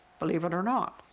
believe it or not.